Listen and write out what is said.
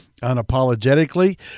unapologetically